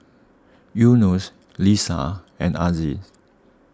Yunos Lisa and Aziz